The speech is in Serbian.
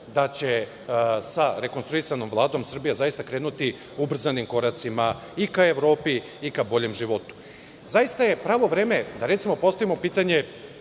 da će sa rekonstruisanom Vladom Srbija zaista krenuti ubrzanim koracima i ka Evropi i ka boljem životu. Zaista je pravo vreme da postavimo pitanje